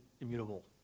immutable